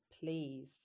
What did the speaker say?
please